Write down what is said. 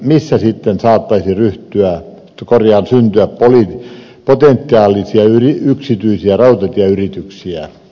missä sitten saattaisi syntyä potentiaalisia yksityisiä rautatieyrityksiä